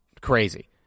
crazy